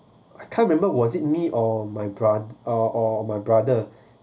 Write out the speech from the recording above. I can't remember was it me or my broth~ or or my brother